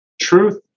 Truth